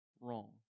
wrong